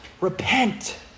Repent